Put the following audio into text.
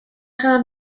gaan